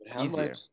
Easier